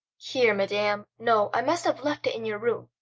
here, madam. no, i must have left it in your room.